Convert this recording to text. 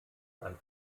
ein